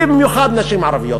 ובמיוחד נשים ערביות.